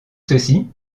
ceci